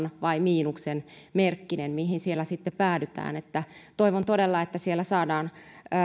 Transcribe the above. vai miinusmerkkinen mihin siellä sitten päädytään toivon todella että siellä saadaan